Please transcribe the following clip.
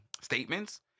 statements